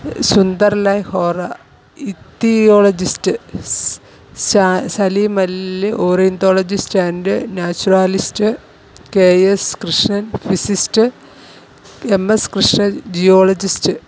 Sundar Lal Hora ichthyologist സ Salim Ali ornithologist and naturalist K S Krishnan physicist M S Krishnan geologist